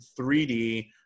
3d